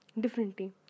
differently